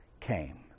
came